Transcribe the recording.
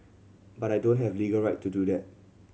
but I don't have legal right to do that